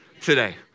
today